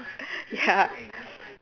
ya